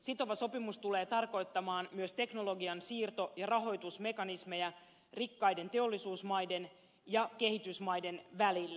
sitova sopimus tulee tarkoittamaan myös teknologian siirto ja rahoitusmekanismeja rikkaiden teollisuusmaiden ja kehitysmaiden välillä